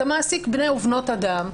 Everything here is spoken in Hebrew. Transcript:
אתה מעסיק בני ובנות אדם,